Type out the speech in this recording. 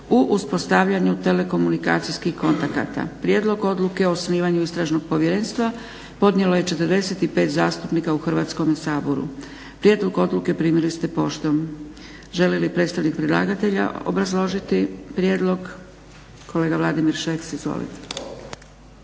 u uspostavljanju telekomunikacijskih kontakata Prijedlog Odluke o osnivanju Istražnog povjerenstva podnijelo je 45 zastupnika u Hrvatskome saboru. Prijedlog odluke primili ste poštom. Želi li predstavnik predlagatelja obrazložiti prijedlog? Kolega Vladimir Šeks, izvolite.